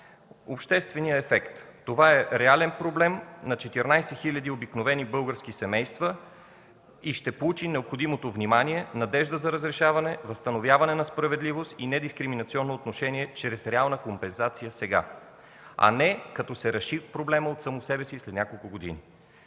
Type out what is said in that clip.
Общественият ефект – това е реален проблем на 14 хиляди обикновени български семейства и ще получи необходимото внимание, надежда за разрешаване, възстановяване на справедливост и недискриминационно отношение чрез реална компенсация сега, а не, когато проблемът се реши от само себе си след няколко години.